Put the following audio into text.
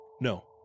No